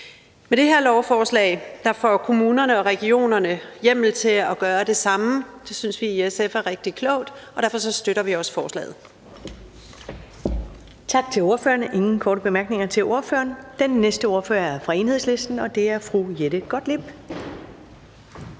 Med det her lovforslag får kommunerne og regionerne hjemmel til at gøre det samme. Det synes vi i SF er rigtig klogt, og derfor støtter vi også forslaget.